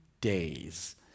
days